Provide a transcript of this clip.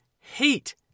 hate